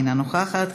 אינה נוכחת,